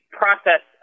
process